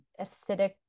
acidic